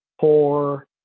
poor